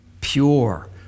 Pure